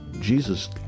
Jesus